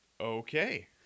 Okay